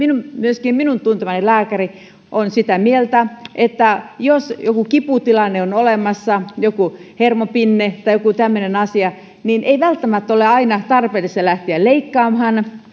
myöskin minun tuntemani lääkäri tällä hetkellä on sitä mieltä että jos joku kiputilanne on olemassa joku hermopinne tai tämmöinen asia niin ei välttämättä ole aina tarpeellista lähteä leikkaamaan